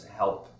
help